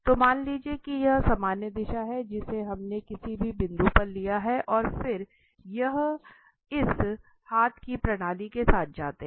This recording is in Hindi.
तो मान लीजिए कि यह सामान्य दिशा है जिसे हमने किसी भी बिंदु पर लिया है और फिर हम इस दाएं हाथ की प्रणाली के साथ जाते हैं